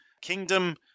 kingdom